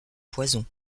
poison